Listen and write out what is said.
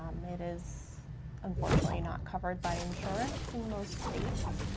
it is unfortunately not covered by insurance in most states,